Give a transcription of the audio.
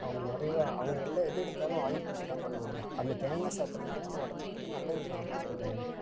அவங்க நிறையா அவங்க எல்லா எதை எடுத்தாலும் ஆயில் போட்டு தான் பண்ணுவாங்க அந்த தேங்காய் சாப்பிட்றனால நம்ம உடம்புக்கு வந்து நல்லது தான் அந்த